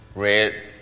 Red